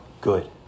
good